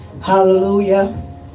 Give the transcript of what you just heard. Hallelujah